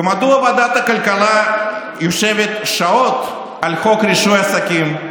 ומדוע ועדת הכלכלה יושבת שעות על חוק רישוי עסקים?